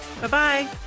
Bye-bye